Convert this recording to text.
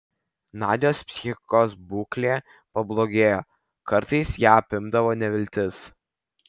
nadios psichikos būklė pablogėjo kartais ją apimdavo neviltis